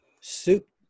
soup